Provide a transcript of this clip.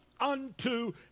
unto